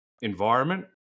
environment